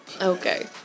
Okay